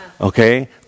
Okay